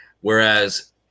Whereas